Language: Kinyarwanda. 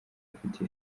afite